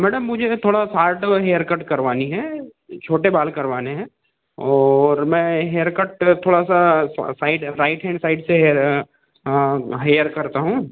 madam मुझे थोड़ा short में हेयरकट करवानी है छोटे बाल करवाने हैं और मैं हेयरकट थोड़ा सा साइड राइट हैन्ड साइड से हेयर हेयर करता हूँ